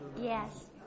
yes